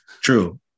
True